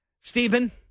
Stephen